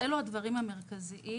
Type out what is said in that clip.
אלה הדברים המרכזיים.